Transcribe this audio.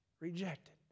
rejected